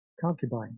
Concubine